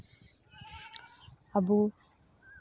ᱟᱵᱚ